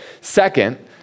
Second